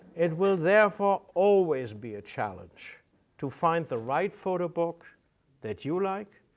it will therefore always be a challenge to find the right photo book that you like,